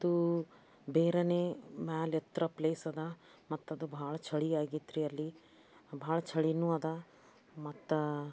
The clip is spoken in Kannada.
ಅದೂ ಬೇರೆಯೇ ಮ್ಯಾಲೆ ಎತ್ತರ ಪ್ಲೇಸ್ ಅದ ಮತ್ತು ಅದು ಭಾಳ ಚಳಿ ಅಗಿತ್ತು ರೀ ಅಲ್ಲಿ ಭಾಳ ಚಳಿಯೂ ಅದ ಮತ್ತು